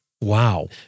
wow